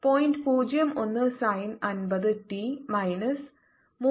01 sine 50 T minus 3